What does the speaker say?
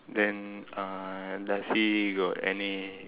then uh does he got any